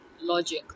logic